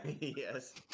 yes